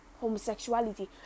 homosexuality